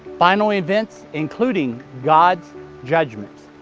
final events, including god's judgments,